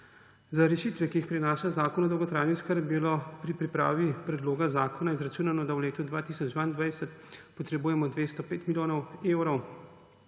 Za rešitve, ki jih prinaša Zakon o dolgotrajni oskrbi, je bilo pri pripravi predloga zakona izračunano, da v letu 2022 potrebujemo 205 milijonov evrov,